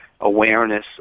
awareness